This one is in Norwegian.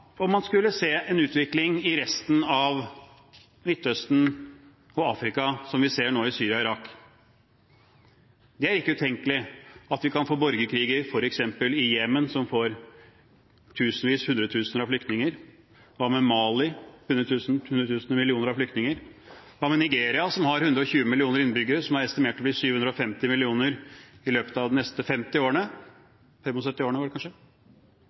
man skulle se en utvikling i resten av Midtøsten og Afrika som den vi ser nå i Syria og Irak? Det er ikke utenkelig at vi kan få borgerkriger f.eks. i Jemen som skaper tusenvis, hundretusenvis, av flyktninger. Hva med Mali – hundre tusen, millioner, av flyktninger? Hva med Nigeria, som har 120 millioner innbyggere som er estimert til å bli 750 millioner i løpet av de neste 50 årene – 75, var det kanskje?